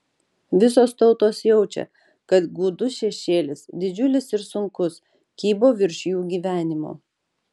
visos tautos jaučia kad gūdus šešėlis didžiulis ir sunkus kybo virš jų gyvenimo